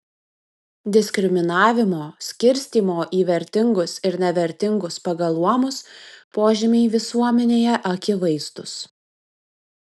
diskriminavimo skirstymo į vertingus ir nevertingus pagal luomus požymiai visuomenėje akivaizdūs